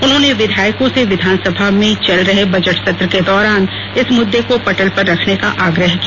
उन्होंने विधायकों से विधानसभा के चल रहे बजट सत्र के दौरान इस मुद्दे को पटल पर रेखने का आग्रह किया